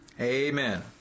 Amen